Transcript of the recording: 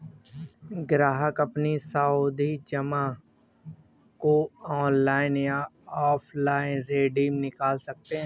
ग्राहक अपनी सावधि जमा को ऑनलाइन या ऑफलाइन रिडीम निकाल सकते है